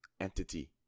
entity